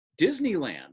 Disneyland